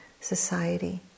society